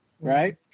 right